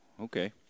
Okay